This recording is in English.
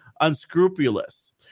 unscrupulous